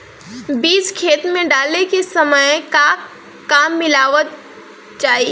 बीज खेत मे डाले के सामय का का मिलावल जाई?